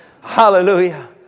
Hallelujah